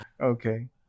okay